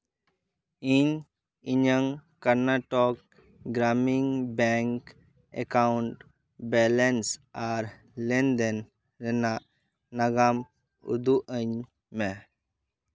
ᱤᱧ ᱤᱧᱟᱹᱝ Karnataka Gramin bank account balance ᱟᱨ ᱞᱮᱱᱫᱮᱱ ᱨᱮᱱᱟᱜ ᱱᱟᱜᱟᱢ ᱩᱫᱩᱜ ᱟᱹᱧ ᱢᱮ